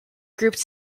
grouped